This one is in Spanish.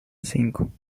cinco